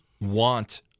want